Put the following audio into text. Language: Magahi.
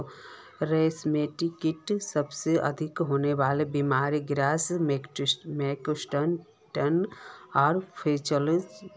रेशमकीटत सबसे अधिक होने वला बीमारि ग्रासरी मस्कार्डिन आर फ्लैचेरी छे